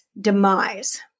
demise